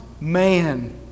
man